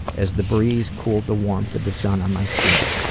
as the breeze cooled the warmth of the sun on my skin,